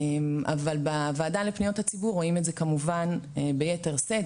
אבל בוועדה לפניות הציבור רואים את זה כמובן ביתר שאת,